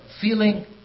feeling